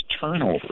turnover